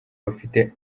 bafite